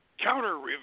counter